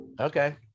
okay